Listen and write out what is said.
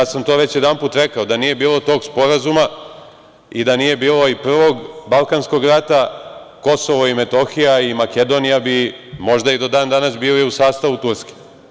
To sam već jedanput rekao, da nije bilo tog sporazuma i da nije bilo Prvog balkanskog rata Kosovo i Metohija i Makedonija bi možda i do dan danas bili u sastavu Turske.